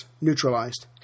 neutralized